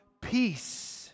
peace